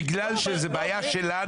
בגלל שזו בעיה שלנו,